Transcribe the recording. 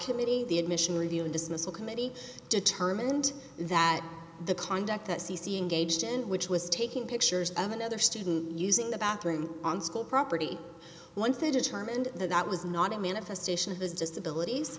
committee the admission review dismissal committee determined that the conduct that c c a engaged in which was taking pictures of another student using the bathroom on school property one thing determined that that was not a manifestation of his disability